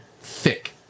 thick